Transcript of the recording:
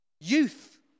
Youth